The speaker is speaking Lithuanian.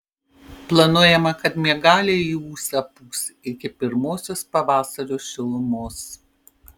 planuojama kad miegalė į ūsą pūs iki pirmosios pavasario šilumos